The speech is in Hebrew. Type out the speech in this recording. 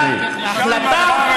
לא, יש התקדמות,